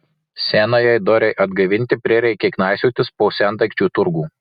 senajai dorei atgaivinti prireikė knaisiotis po sendaikčių turgų